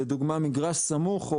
לדוגמה מגרש סמוך,